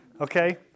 Okay